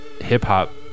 hip-hop